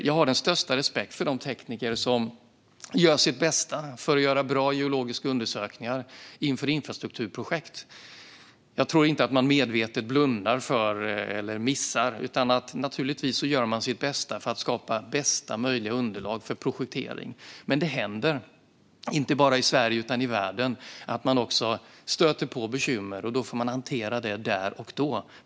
Jag har den största respekt för de tekniker som gör sitt bästa för att göra bra geologiska undersökningar inför infrastrukturprojekt. Jag tror inte att man medvetet blundar för eller missar något, utan naturligtvis gör man sitt bästa för att skapa bästa möjliga underlag för projektering. Men det händer, inte bara i Sverige utan i världen, att man stöter på bekymmer, och då får man hantera det där och då.